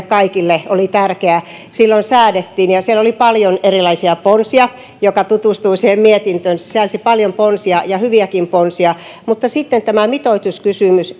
kaikille oli tärkeä silloin säädettiin ja siellä oli paljon erilaisia ponsia jos tutustuu siihen mietintöön niin se sisälsi paljon ponsia ja hyviäkin ponsia mutta eihän tämä mitoituskysymys